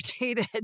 dated